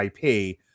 IP